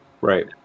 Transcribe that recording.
Right